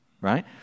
right